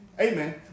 Amen